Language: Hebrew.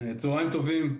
צוהריים טובים.